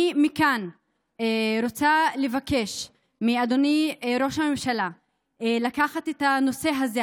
אני מכאן רוצה לבקש מאדוני ראש הממשלה לקחת את הנושא הזה,